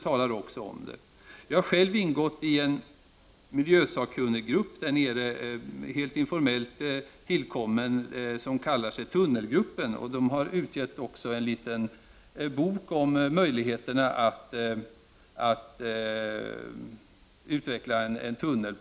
22 november 1989 Jag har själv ingått i en miljösakkunniggrupp — som har tillkommit helt. Z—- informellt — som kallas tunnelgruppen och som har gett ut en liten bok om möjligheterna att utveckla en tunnel.